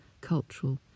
cultural